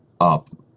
up